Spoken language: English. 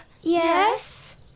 yes